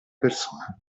persona